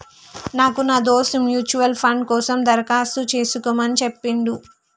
నాకు నా దోస్త్ మ్యూచువల్ ఫండ్ కోసం దరఖాస్తు చేసుకోమని చెప్పిండు